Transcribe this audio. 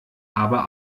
aber